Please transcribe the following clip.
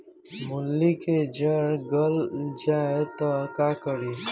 मूली के जर गल जाए त का करी?